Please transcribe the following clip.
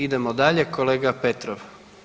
Idemo dalje, kolega Petrov.